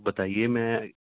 بتائیے میں